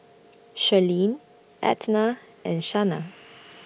Sherlyn Edna and Shanna